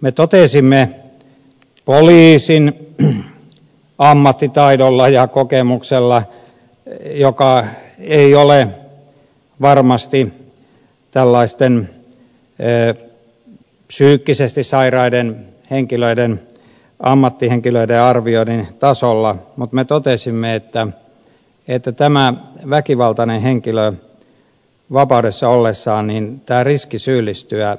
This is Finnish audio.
me totesimme poliisin ammattitaidolla ja kokemuksella joka ei ole varmasti psyykkisesti sairaita henkilöitä hoitavien ammattihenkilöiden arvioinnin tasolla mutta me totesimme että vapaudessa ollessaan tämän väkivaltaisen henkilön riski syyllistyä